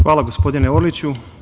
Hvala, gospodine Orliću.